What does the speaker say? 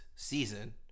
season